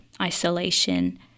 isolation